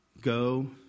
Go